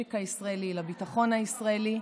למשק הישראלי,